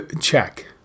check